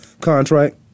contract